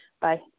bye